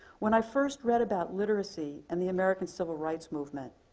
when i first read about literacy and the american civil rights movement,